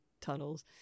tunnels